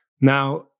Now